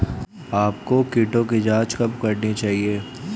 आपको कीटों की जांच कब करनी चाहिए?